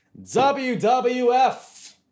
WWF